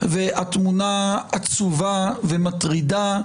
והתמונה עצובה ומטרידה,